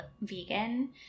vegan